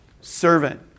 Servant